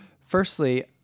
firstly